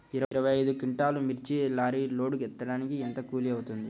ఇరవై ఐదు క్వింటాల్లు మిర్చి లారీకి లోడ్ ఎత్తడానికి ఎంత కూలి అవుతుంది?